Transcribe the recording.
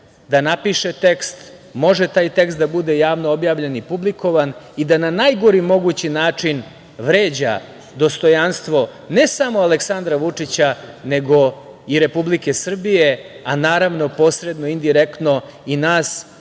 da napiše tekst, može taj tekst da bude javno objavljen i publikovan i da na najgori mogući način vređa dostojanstvo, ne samo Aleksandra Vučića, nego i Republike Srbije, a naravno posredno, indirektno i nas